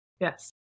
Yes